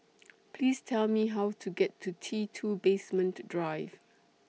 Please Tell Me How to get to T two Basement Drive